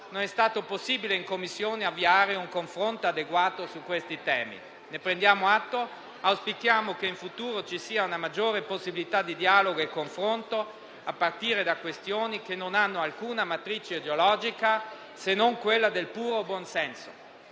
non è stato possibile in Commissione avviare un confronto adeguato su questi temi. Ne prendiamo atto e auspichiamo che in futuro ci sia una maggiore possibilità di dialogo e confronto, a partire da questioni che non hanno alcuna matrice ideologica se non quella del puro buonsenso.